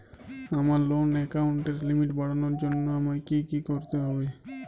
আমার লোন অ্যাকাউন্টের লিমিট বাড়ানোর জন্য আমায় কী কী করতে হবে?